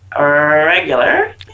regular